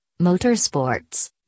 motorsports